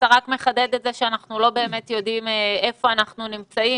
אתה רק מחדד את זה שאנחנו לא באמת יודעים איפה אנחנו נמצאים.